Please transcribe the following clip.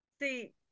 See